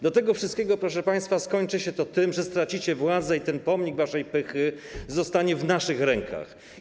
Do tego wszystkiego, proszę państwa, skończy się to tym, że stracicie władzę i ten pomnik waszej pychy zostanie w naszych rękach.